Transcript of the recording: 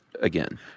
again